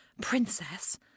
Princess